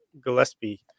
gillespie